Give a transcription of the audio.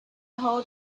hold